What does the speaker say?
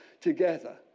together